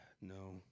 No